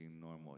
normal